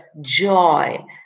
joy